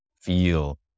feel